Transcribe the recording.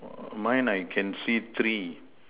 oh mine I can see three